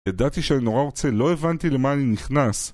ידעתי שאני נורא רוצה, לא הבנתי למה אני נכנס